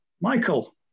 Michael